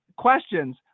Questions